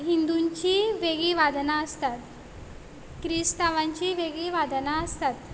हिंदुचीं वेगळीं वादनां आसतात क्रिस्तांवांचीं वेगळीं वादनां आसतात